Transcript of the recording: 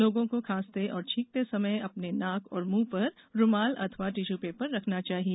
लोगों को खांसते और छींकते समय अपने नाक और मुंह पर रूमाल अथवा टिश्यू पेपर रखना चाहिए